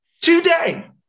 Today